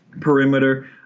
perimeter